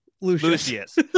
Lucius